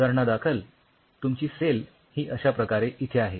उदाहरणादाखल तुमची सेल ही अश्याप्रकारे इथे आहे